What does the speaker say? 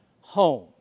home